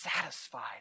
satisfied